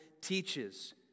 teaches